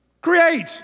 Create